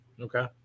Okay